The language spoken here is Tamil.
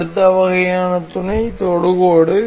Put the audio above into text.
அடுத்த வகையான துணை தொடுகோடு